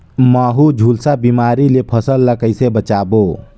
महू, झुलसा बिमारी ले फसल ल कइसे बचाबो?